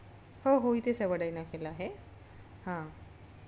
हो हो इथेस आहे वडाई नाक्याला आहे हां